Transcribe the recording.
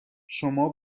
شما